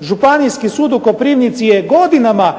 Županijski sud u Koprivnici je godinama